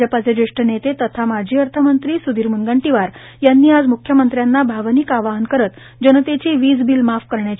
भाजपचे जेष्ठ नेते तथा माजी अर्थमंत्री स्धीर म्नगंटीवार यांनी आज म्ख्यमंत्र्यांना भावनिक आवाहन करत जनतेची वीज बिल माफ करण्याची मागणी केली आहेत